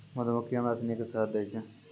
मधुमक्खी हमरा सिनी के शहद दै छै